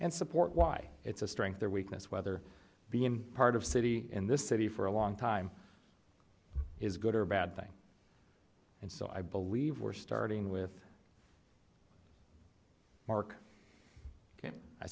and support why it's a strength or weakness whether being part of city in this city for a long time is good or bad thing and so i believe we're starting with mark